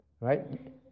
right